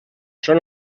són